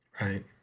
right